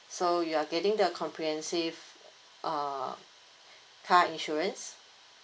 so you're getting the comprehensive uh car insurance